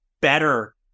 better